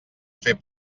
fer